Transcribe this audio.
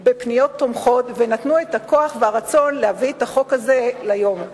המייל בפניות תומכות ונתנו את הכוח והרצון להביא את החוק הזה ליום הזה.